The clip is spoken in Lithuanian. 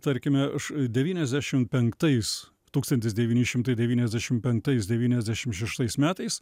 tarkime aš devyniasdešim penktais tūkstantis devyni šimtai devyniasdešim penktais devyniasdešim šeštais metais